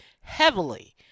heavily